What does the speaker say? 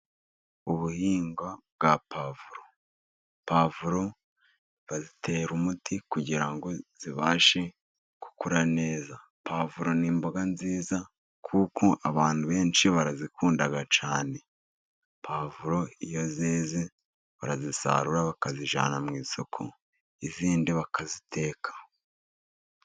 Ubuhingwa bwa puwavuro. Puwavuro bazitera umuti kugira ngo zibashe gukura neza. Puwavuro ni imboga nziza kuko abantu benshi barazikunda cyane. Puwavuro iyo zeze barazisarura bakazijyana mu isoko, izindi bakaziteka.